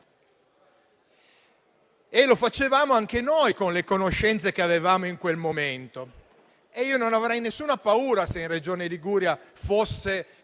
lo abbiamo fatto con le conoscenze che avevamo in quel momento e io non avrei nessuna paura se in Regione Liguria fosse